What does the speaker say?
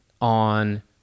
on